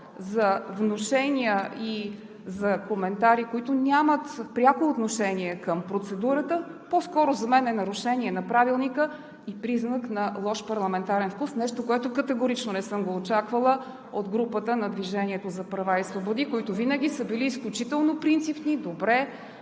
за внушения и за коментари, които нямат пряко отношение към процедурата, по-скоро за мен е нарушение на Правилника и признак на лош парламентарен вкус – нещо, което категорично не съм го очаквала от групата на „Движението за права и свободи“, които винаги са били изключително принципни, добре